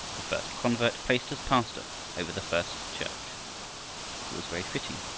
the first convert placed as pastor over the first church! it was very fitting.